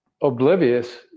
oblivious